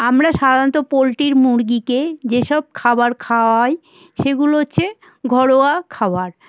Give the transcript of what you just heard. আমরা সাধারণত পোলট্রির মুরগিকে যে সব খাবার খাওয়াই সেগুলো হচ্ছে ঘরোয়া খাবার